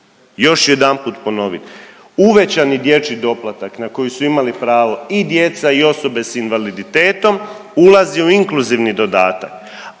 Još ću jedanput ponovit, uvećani dječji doplatak na koji su imali pravo i djeca i osobe s invaliditetom ulazi u inkluzivni dodatak,